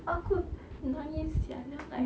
aku nangis sia then I'm like